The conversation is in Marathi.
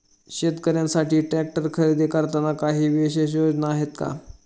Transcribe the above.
शेतकऱ्यांसाठी ट्रॅक्टर खरेदी करताना काही विशेष योजना आहेत का?